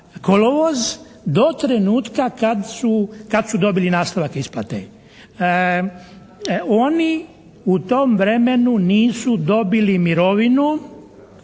kolovoz do trenutka kad su dobili nastavak isplate. Oni u tom vremenu nisu dobili mirovinu